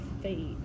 fate